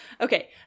Okay